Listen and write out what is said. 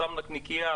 שם נקניקייה,